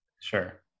Sure